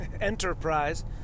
enterprise